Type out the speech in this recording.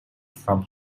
from